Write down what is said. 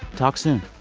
talk soon